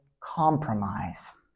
compromise